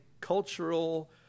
cultural